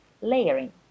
layering